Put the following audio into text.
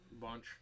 Bunch